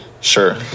Sure